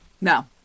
No